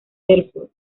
erfurt